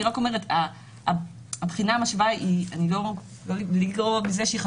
אני רק אומרת שהבחינה המשווה אני לא אומרת שהיא לא